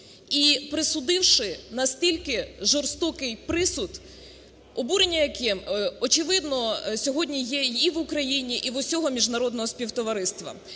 і присудивши настільки жорстокий присуд, обуренням яким, очевидно, сьогодні є і в Україні, і в усього міжнародного співтовариства.